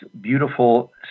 beautiful